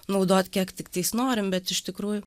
naudot kiek tiktais norim bet iš tikrųjų